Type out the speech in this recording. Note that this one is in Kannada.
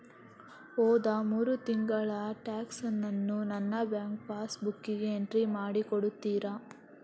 ಹೋದ ಮೂರು ತಿಂಗಳ ಟ್ರಾನ್ಸಾಕ್ಷನನ್ನು ನನ್ನ ಬ್ಯಾಂಕ್ ಪಾಸ್ ಬುಕ್ಕಿಗೆ ಎಂಟ್ರಿ ಮಾಡಿ ಕೊಡುತ್ತೀರಾ?